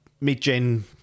mid-gen